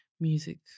music